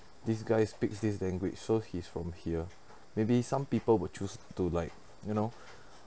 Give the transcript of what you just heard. this guy speaks this language so he's from here maybe some people would choose to like you know